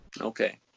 Okay